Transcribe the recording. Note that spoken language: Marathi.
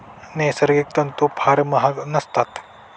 नैसर्गिक तंतू फार महाग नसतात